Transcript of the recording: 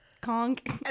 Kong